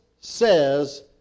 says